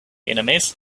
enemies